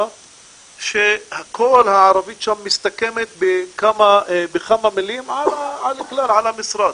שכל הערבית שם מסתמכת בכמה מילים על המשרד.